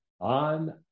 on